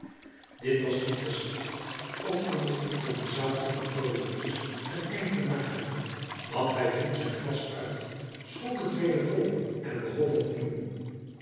dit was niet geschikt om aan de improvisatie van tholomyès een einde te maken want hij dronk zijn glas uit schonk het weder vol en begon opnieuw